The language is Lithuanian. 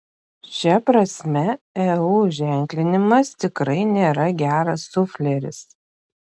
šia prasme eu ženklinimas tikrai nėra geras sufleris